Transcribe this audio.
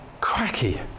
cracky